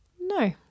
No